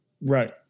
Right